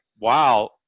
wow